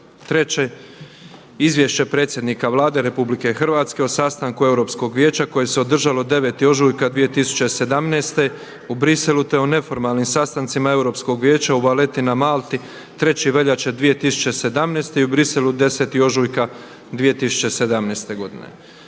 na Izvješću predsjednika Vlade Republike Hrvatske o sastanku Europskog vijeća koji se održao 9. ožujka u Brislu te o neformalnim sastancima Europskog vijeća u Valletti na Malti 3. veljače i u Brislu 10. ožujka. Hvala